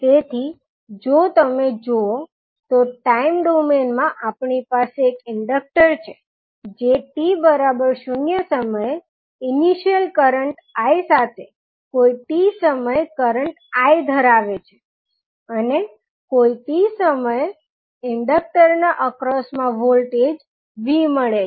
તેથી જો તમે જોવો તો ટાઇમ ડોમેઇન માં આપણી પાસે એક ઇંડક્ટર છે જે t0 સમયે ઇનિશિયલ કરંટ i સાથે કોઇ t સમયે કરંટ I ધરાવે છે અને કોઇ t સમયે ઇંડક્ટરના અક્રોસમા વોલ્ટેજ v મળે છે